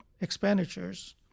expenditures